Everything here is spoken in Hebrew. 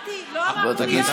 לא אמרתי מילה, חברת הכנסת